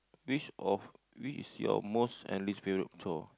which of which is your most and least favourite chore